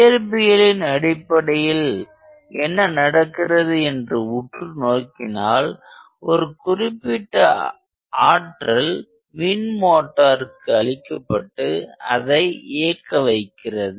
இயற்பியலின் அடிப்படையில் என்ன நடக்கிறது என்று உற்று நோக்கினால் ஒரு குறிப்பிட்ட ஆற்றல் மின் மோட்டாருக்கு அளிக்கப்பட்டு அதை இயக்க வைக்கிறது